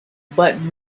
but